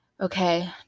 okay